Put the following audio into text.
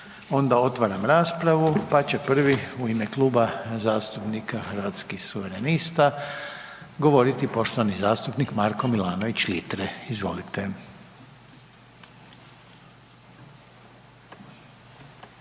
Ne. Otvaram raspravu. Prvi će u ime Kluba zastupnika Hrvatskih suverenista govoriti poštovani zastupnik Marko Milanović Litre. Izvolite.